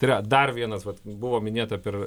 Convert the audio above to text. tai yra dar vienas vat buvo minėta per